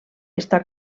està